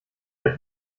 der